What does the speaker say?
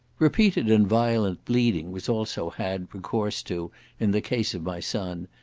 repeated and violent bleeding was also had recourse to in the case of my son,